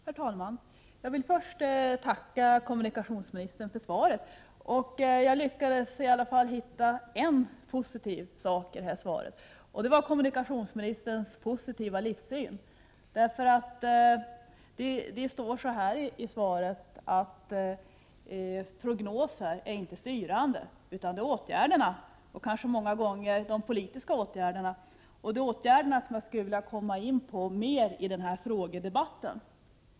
Herr talman! Jag vill först tacka kommunikationsministern för svaret. Jag lyckades i alla fall hitta en positiv sak i detta svar, och det var kommunikationsministerns positiva livssyn. Det står i svaret att prognoser inte är styrande utan att det är åtgärderna som är det, och kanske många gånger de politiska åtgärderna. Det är åtgärderna jag skulle vilja komma in på mera i denna frågedebatt.